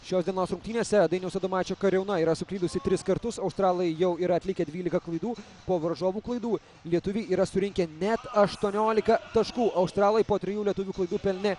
šios dienos rungtynėse dainiaus adomaičio kariauna yra suklydusi tris kartus australai jau yra atlikę dvylika klaidų po varžovų klaidų lietuviai yra surinkę net aštuoniolika taškų australai po trijų lietuvių klaidų pelnė